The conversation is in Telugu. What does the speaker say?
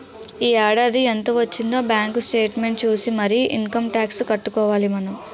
ఈ ఏడాది ఎంత వొచ్చిందే బాంకు సేట్మెంట్ సూసి మరీ ఇంకమ్ టాక్సు కట్టుకోవాలి మనం